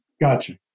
Gotcha